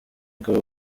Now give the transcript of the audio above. akaba